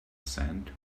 sand